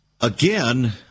again